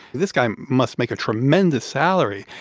this guy must make a tremendous salary,